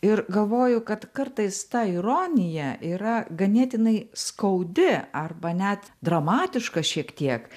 ir galvoju kad kartais ta ironija yra ganėtinai skaudi arba net dramatiška šiek tiek